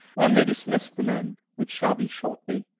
when they dismiss the men, which shall be shortly,